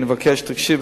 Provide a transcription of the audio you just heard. אני מבקש שתקשיב,